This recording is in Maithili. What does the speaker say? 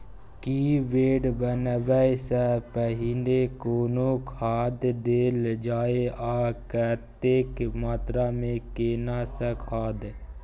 की बेड बनबै सॅ पहिने कोनो खाद देल जाय आ कतेक मात्रा मे केना सब खाद?